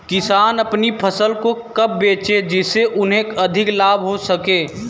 किसान अपनी फसल को कब बेचे जिसे उन्हें अधिक लाभ हो सके?